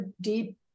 deep